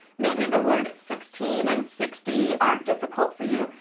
maybe the word sixteen and sixty aren't difficult for you,